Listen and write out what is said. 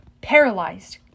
paralyzed